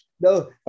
No